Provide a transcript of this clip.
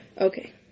Okay